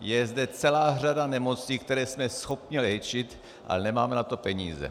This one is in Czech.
Je zde celá řada nemocí, které jsme schopni léčit, ale nemáme na to peníze.